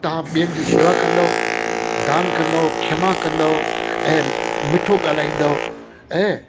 तव्हां ॿियनि जी शेवा कंदो दान कंदो क्षमा कंदो ऐं मिठो ॻाल्हाईंदव ऐं